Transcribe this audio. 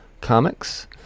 Comics